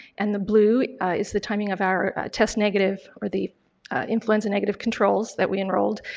and the blue is the timing of our test negative or the influenza negative controls that we enrolled.